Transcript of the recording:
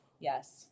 Yes